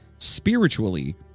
Spiritually